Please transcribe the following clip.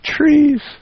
Trees